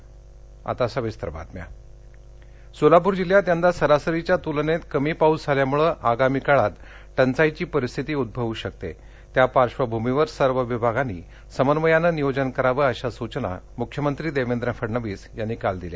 मख्यमंत्री सोलापूर जिल्ह्यात यंदा सरासरीच्या तूलनेत कमी पाउस झाल्यामुळे आगामी काळात टंचाईची परिस्थिती उड्रवू शकते त्या पार्धभूमीवर सर्व विभागांनी समन्वयानं नियोजन करावं अशा सूचना मुख्यमंत्री देवेंद्र फडणवीस यांनी काल दिल्या